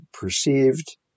perceived